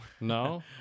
No